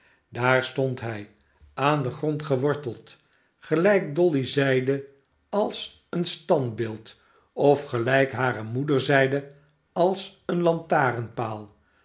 daar stond hij aan den grond geworteld gelijk dolly zeide als een standbeeld of gelijk hare moeder zeide als een lantaarnpaal